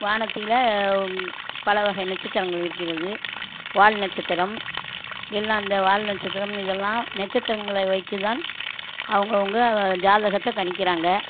வானத்தில் பலவகை நட்சத்திரங்கள் இருக்கிறது வால் நட்சத்திரம் எல்லாம் இந்த வால் நட்சத்திரம் இதெலாம் நட்சத்திரங்களை வைத்துதான் அவங்கவுங்க ஜாதகத்தை கணிக்கிறாங்கள்